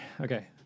Okay